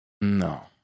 No